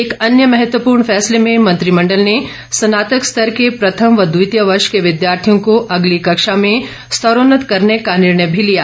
एक अन्य महत्वपूर्ण फैसले में मंत्रिमंडल ने स्नातक स्तर के प्रथम व द्वितीय वर्ष के विद्यार्थियों को अगली कक्षा में स्तरोन्नत करने का निर्णय भी लिया